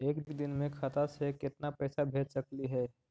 एक दिन में खाता से केतना पैसा भेज सकली हे?